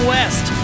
West